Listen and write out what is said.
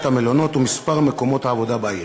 המלונות ומספר מקומות העבודה בעיר,